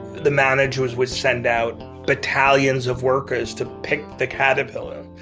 the managers would send out battalions of workers to pick the caterpillar,